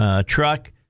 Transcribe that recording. truck